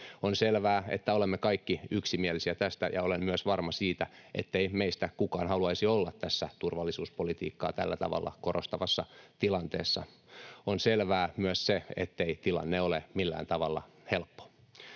On selvää, että olemme kaikki yksimielisiä tästä, ja olen myös varma siitä, ettei meistä kukaan haluaisi olla tässä turvallisuuspolitiikkaa tällä tavalla korostavassa tilanteessa. On selvää myös se, ettei tilanne ole millään tavalla helppo.